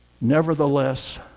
Nevertheless